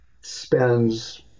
spends